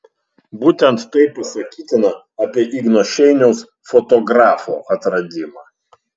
būtent tai pasakytina apie igno šeiniaus fotografo atradimą